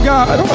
God